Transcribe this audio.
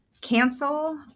cancel